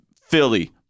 Philly